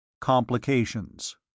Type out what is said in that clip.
Complications